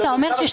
אתה אומר 2.9,